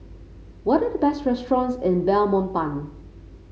what are the best restaurants in Belmopan